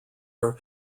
are